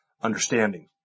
understanding